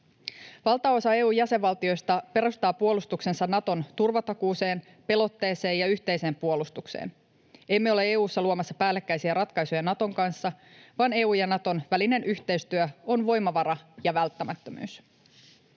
Valtaosa EU:n jäsenvaltioista perustaa puolustuksensa Naton turvatakuuseen, pelotteeseen ja yhteiseen puolustukseen. Emme ole EU:ssa luomassa päällekkäisiä ratkaisuja Naton kanssa, vaan EU:n ja Naton välinen yhteistyö on voimavara ja välttämättömyys.